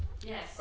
Yes